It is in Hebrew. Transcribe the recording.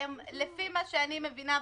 לפי מה שאני מבינה,